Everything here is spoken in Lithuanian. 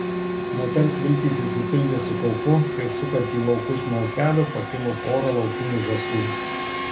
moters viltys išsipildė su kaupu kai sukant į laukus nuo upelio pakilo pora laukinių žąsų